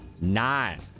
nine